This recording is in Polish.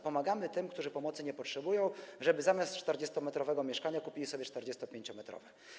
Pomagamy tym, którzy pomocy nie potrzebują, żeby zamiast 40-metrowego mieszkania kupili sobie 45-metrowe.